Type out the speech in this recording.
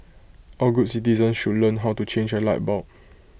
all good citizens should learn how to change A light bulb